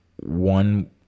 one